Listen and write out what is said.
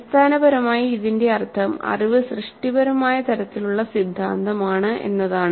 അടിസ്ഥാനപരമായി ഇതിന്റെ അർത്ഥം "അറിവ് സൃഷ്ടിപരമായ തരത്തിലുള്ള സിദ്ധാന്തമാണ്" എന്നതാണ്